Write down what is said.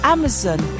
Amazon